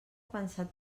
pensat